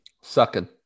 Sucking